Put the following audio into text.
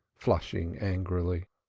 flushing angrily.